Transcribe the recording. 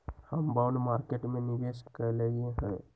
हम bond market में निवेश कलियइ ह